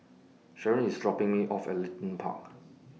Sheron IS dropping Me off At Leedon Park